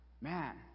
man